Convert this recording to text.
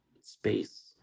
Space